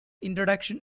introduction